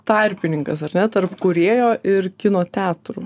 tarpininkas ar ne tarp kūrėjo ir kino teatrų